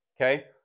Okay